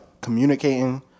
communicating